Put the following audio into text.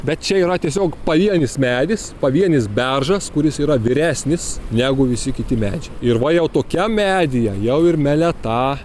bet čia yra tiesiog pavienis medis pavienis beržas kuris yra vyresnis negu visi kiti medžiai ir va jau tokiam medyje jau ir meleta